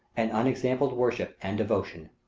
an unexampled worship and devotion.